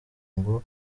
ngo